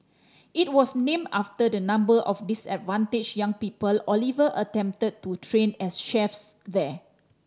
it was named after the number of disadvantaged young people Oliver attempted to train as chefs there